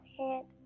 head